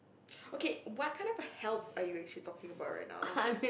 okay what kind of a help are you actually talking about right now